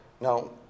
Now